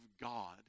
God